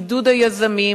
עידוד היזמים,